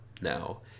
now